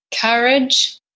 Courage